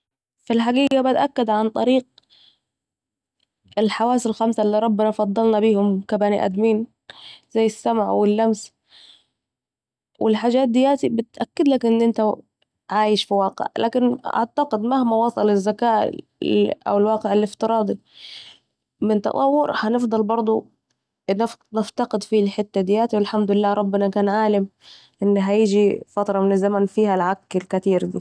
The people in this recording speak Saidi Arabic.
في الحقيقة بتأكد عن طريق الحواس الخمس الي ربنا فضلنا بيهم كا بني ادمين ، زي السمع و اللمس والحجات دياتي بتأكد لك انك عايش في واقع ، واعتقد مهما وصل الذكاء ، او الواقع الافتراضي من تطور هنفضل بردوا نفقد فيه الحته دياتي، و الحمدلله ربنا كان عالم أن هيجي فتره من الزمن فيها العك الكتير ده